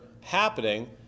happening